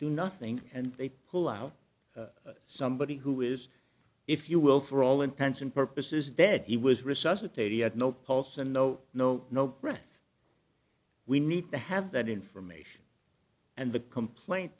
do nothing and they pull out somebody who is if you will for all intents and purposes dead he was resuscitate he had no pulse and no no no breath we need to have that information and the complaint